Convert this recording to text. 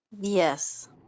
Yes